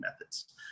methods